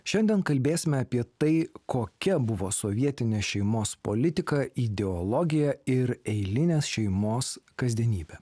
šiandien kalbėsime apie tai kokia buvo sovietinė šeimos politika ideologija ir eilinės šeimos kasdienybė